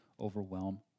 overwhelm